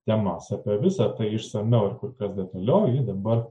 temas apie visa tai išsamiau ir kur kas detaliau ji dabar